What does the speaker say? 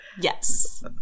Yes